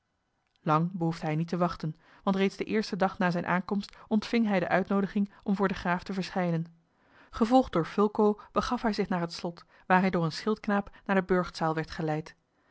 lang behoefde hij niet te wachten want reeds den eersten dag na zijne aankomst ontving hij de uitnoodiging om voor den graaf te verschijnen gevolgd door fulco begaf hij zich naar het slot waar hij door een schildknaap naar de burchtzaal werd geleid